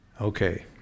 Okay